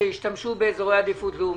שהשתמשו באזורי עדיפות לאומית.